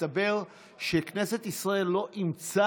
הסתבר שכנסת ישראל לא אימצה